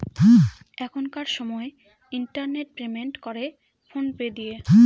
এখনকার সময় internet payment করে ফোন পে দিয়ে